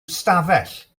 ystafell